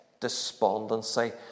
despondency